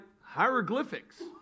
hieroglyphics